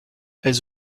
elles